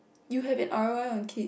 you have an R_O_I on kid